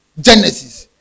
Genesis